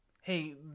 Hey